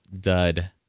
dud